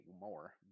more